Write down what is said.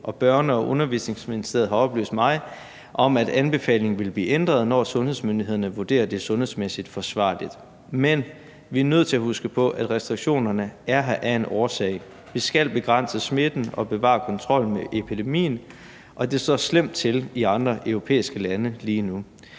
Børne- og Undervisningsministeriet har oplyst mig om, at anbefalingen vil blive ændret, når sundhedsmyndighederne vurderer, at det er sundhedsmæssigt forsvarligt. Men vi er nødt til at huske på, at restriktionerne er her af en årsag. Vi skal begrænse smitten og bevare kontrollen med epidemien. Og det står slemt til i andre europæiske lande lige nu.